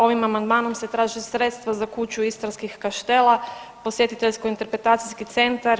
Ovim amandmanom se traže sredstva za Kuću istarskih kaštela, posjetiteljsko interpretacijski centar.